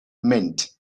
meant